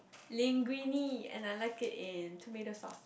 linguine and I like it in tomato sauce